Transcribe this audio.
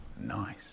Nice